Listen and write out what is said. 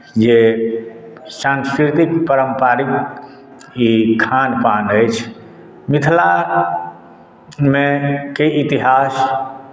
जे सांस्कृतिक पारम्परिक ई खान पान अछि मिथिलामे के इतिहास